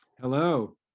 hello